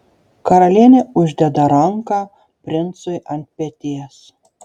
karalienė uždeda ranką princui ant peties